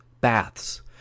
baths